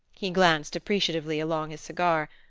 he glanced appreciatively along his cigar.